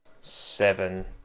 seven